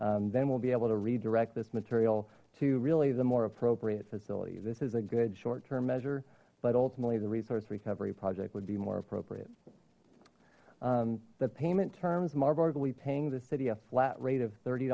then we'll be able to redirect this material to really the more appropriate facility this is a good short term measure but ultimately the resource recovery project would be more appropriate the payment terms marburg will be paying the city a flat rate of thirty